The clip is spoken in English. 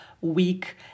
week